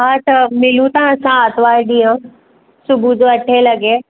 हा त मिलूं था असां आरतवारु ॾींहुं सुबुह जो अठे लॻे